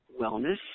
wellness